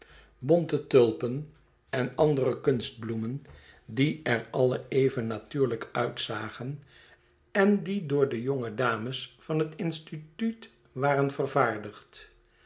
bonte tulpen en andere kunstbloemen die er alle even natuurlijk uitzagen en die door de jonge dames van het instituut waren vervaardigd